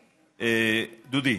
דודי,